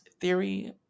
theory